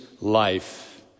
life